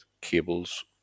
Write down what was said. cables